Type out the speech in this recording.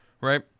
right